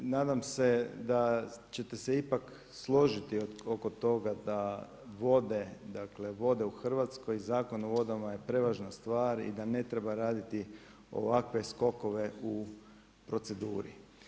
Nadam se da ćete se ipak složiti oko toga da vode u Hrvatskoj, Zakon o vodama je prevažna stvar i da ne treba raditi ovakve skokove u proceduri.